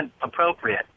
appropriate